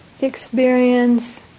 experience